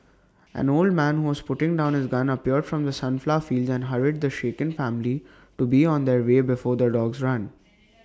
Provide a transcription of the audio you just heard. an old man who was putting down his gun appeared from the sunflower fields and hurried the shaken family to be on their way before the dogs run